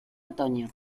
otoño